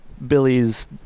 billy's